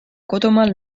kodumaal